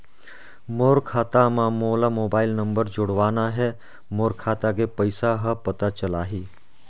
मोर खाता मां मोला मोबाइल नंबर जोड़वाना हे मोर खाता के पइसा ह पता चलाही?